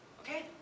okay